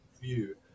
view